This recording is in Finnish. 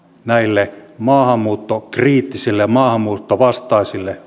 näille maahanmuuttokriittisille maahanmuuttovastaisille